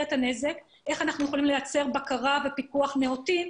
את הנזק ולייצר בקרה ופיקוח נאותים.